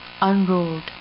unrolled